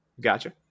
gotcha